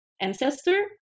ancestor